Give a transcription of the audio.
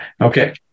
Okay